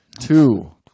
Two